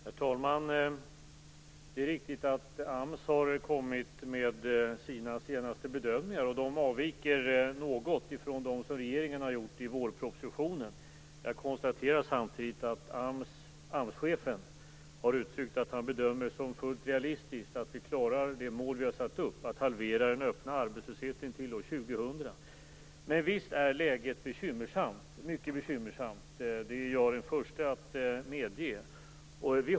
Herr talman! Det är riktigt att AMS har kommit med sina senaste bedömningar, och de avviker något från dem som regeringen har gjort i vårpropositionen. Jag konstaterar samtidigt att AMS-chefen har uttryckt att han bedömer det som fullt realistiskt att vi klarar det mål som vi har satt upp, att halvera den öppna arbetslösheten till år 2000. Men visst är läget mycket bekymmersamt. Det är jag den förste att medge.